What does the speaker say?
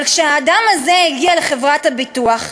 וכשהאדם הזה הגיע אל חברת הביטוח,